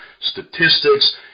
statistics